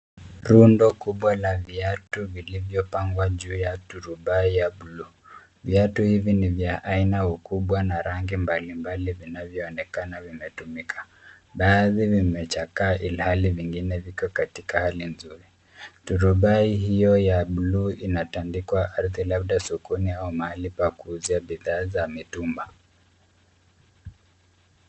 Rundo kubwa la viatu vilivyopangwa juu ya turubai ya blue . Viatu hivi ni vya aina, ukubwa na rangi mbalimbali vinavyoonekana vimetumika. Baadhi vimechakaa ilhali vingine viko katika hali nzuri. Turubai hiyo ya blue inatandikwa ardhi labda sokoni au mahali pa kuuzia bidhaa za mitumba.